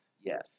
Yes